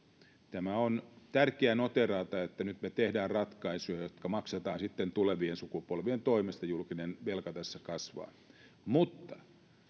tämä on tärkeää noteerata nyt me teemme ratkaisuja jotka maksetaan sitten tulevien sukupolvien toimesta julkinen velka tässä kasvaa mutta